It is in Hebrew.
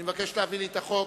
אני מבקש להביא לי את החוק,